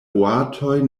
boatoj